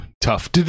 tough